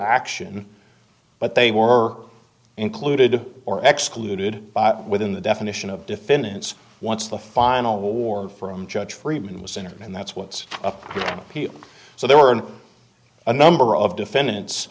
action but they were included or excluded within the definition of defendant's once the final warrant from judge freeman was in or and that's what's up so they were on a number of defendants